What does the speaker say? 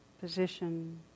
position